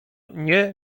nie